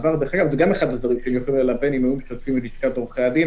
זה גם אחד הדברים שאפשר היה ללבן אם היו משתפים את לשכת עורכי הדין,